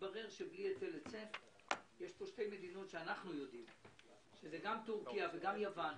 מתברר שבלי היטל היצף יהיו שתי מדינות - טורקיה ויוון,